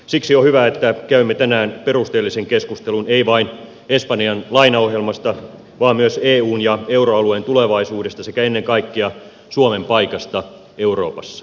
siksi on hyvä että käymme tänään perusteellisen keskustelun ei vain espanjan lainaohjelmasta vaan myös eun ja euroalueen tulevaisuudesta sekä ennen kaikkea suomen paikasta euroopassa